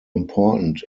important